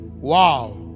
Wow